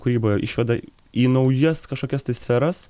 kūrybą išvedai į naujas kažkokias tai sferas